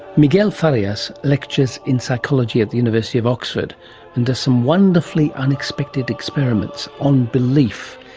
miguel farias lectures in psychology at the university of oxford and does some wonderfully unexpected experiments on belief,